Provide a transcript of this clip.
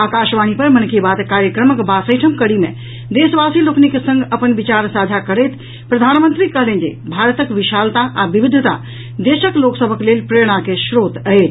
आकाशवाणी पर मन की बात कार्यक्रमक बासठिम कड़ी मे देशवासी लोकनिक संग अपन विचार साझा करैत प्रधानमंत्री कहलनि जे भारतक विशालता आ विविधता देशक लोक सभक लेल प्रेरणा के स्रोत अछि